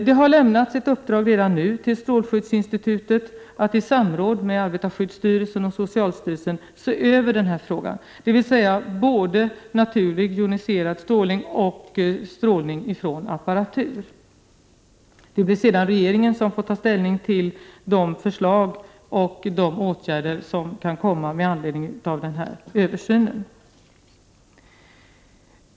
Det har redan lämnats ett uppdrag till strålskyddsinstitutet, som i samråd med arbetarskyddsstyrelsen och socialstyrelsen skall se över frågor som gäller både naturlig joniserande stålning och strålning från apparatur. Det blir sedan regeringens sak att ta ställning till de förslag och åtgärder som kan komma med anledning av denna översyn.